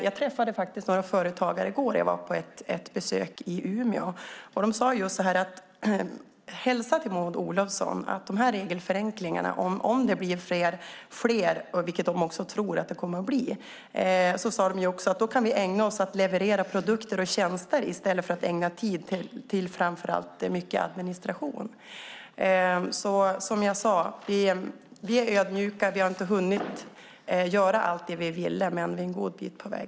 Jag träffade några företagare i går när jag var på besök i Umeå. De sade: Hälsa till Maud Olofsson att om regelförenklingarna blir fler - vilket de också tror att det kommer att bli - kan vi ägna oss åt att leverera produkter och tjänster i stället för att ägna tid åt framför allt mycket administration. Som jag sade: Vi är ödmjuka. Vi har inte hunnit göra allt det vi ville, men vi är en god bit på väg.